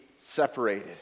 separated